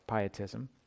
pietism